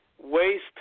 Waste